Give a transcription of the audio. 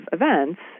events